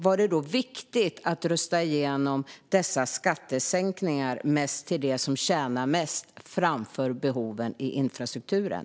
Var det viktigare att rösta igenom dessa skattesänkningar - mest till dem som tjänar mest - än att tillgodose behoven i infrastrukturen?